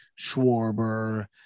Schwarber